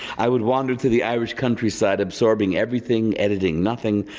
i would wander through the irish countryside absorbing everything editing nothing.